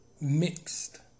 mixed